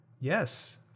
Yes